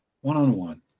One-on-one